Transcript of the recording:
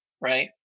right